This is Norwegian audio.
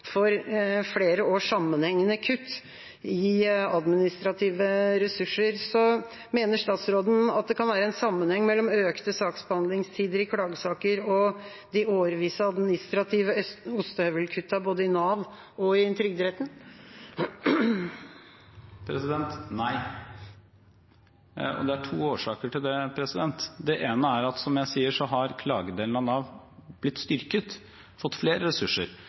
for flere års sammenhengende kutt i administrative ressurser. Mener statsråden at det kan være en sammenheng mellom økte saksbehandlingstider i klagesaker og de årvisse administrative ostehøvelkuttene både i Nav og i Trygderetten? Nei. Og det er to årsaker til det. Det ene er, som jeg sier, at klagedelen av Nav er blitt styrket, har fått flere ressurser,